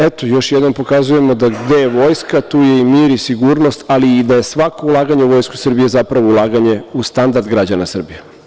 Eto, još jednom pokazujemo da gde je vojska, tu je mir i sigurnost, ali i da je svako ulaganje u Vojsku Srbije zapravo ulaganje u standard građana Srbije.